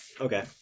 Okay